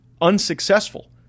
unsuccessful